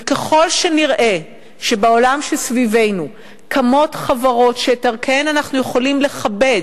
וככל שנראה שבעולם שסביבנו קמות חברות שאת ערכיהן אנחנו יכולים לכבד,